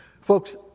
Folks